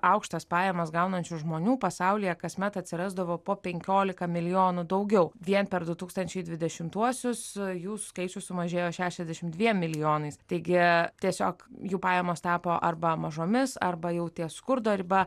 aukštas pajamas gaunančių žmonių pasaulyje kasmet atsirasdavo po penkiolika milijonų daugiau vien per du tūkstančiai dvidešimtuosius jų skaičius sumažėjo šešiasdešimt dviem milijonais taigi tiesiog jų pajamos tapo arba mažomis arba jau ties skurdo riba